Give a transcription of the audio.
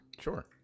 Sure